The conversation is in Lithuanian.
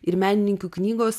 ir menininkių knygos